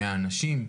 ממאה אנשים.